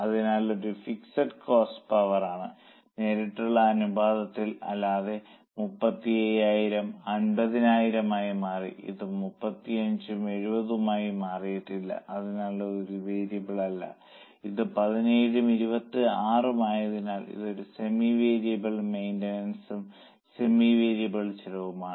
അതിനാൽ ഇത് ഒരു ഫിക്സഡ് കോസ്റ്റ് പവർ ആണ് നേരിട്ടുള്ള അനുപാതത്തിൽ അല്ലാതെ 35000 50000 ആയി മാറി ഇത് 35 ഉം 70 ഉം ആയി മാറിയിട്ടില്ല അതിനാൽ ഇത് വേരിയബിളല്ല ഇത് 17ഉം 26ഉം ആയതിനാൽ ഒരു സെമി വേരിയബിൾ മെയിന്റനൻസും സെമി വേരിയബിൾ ചെലവുമാണ്